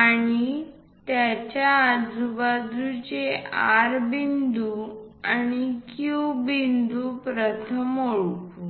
आणि त्याच्या आजूबाजूचे R बिंदू आणि Q बिंदू प्रथम ओळखू